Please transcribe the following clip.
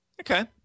Okay